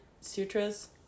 Sutras